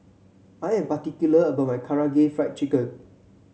I am particular about my Karaage Fried Chicken